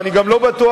ואני גם לא בטוח